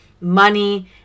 money